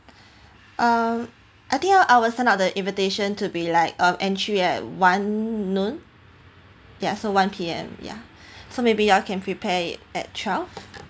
uh I think I I will sent out the invitation to be like our entry at one noon ya so one P_M ya so maybe you all can prepare it at twelve